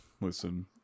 listen